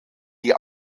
die